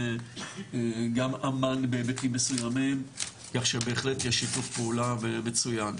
גם אמ"ן בהיבטים מסויימים כך שבהחלט יש שיתוף פעולה מצויין.